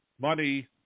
money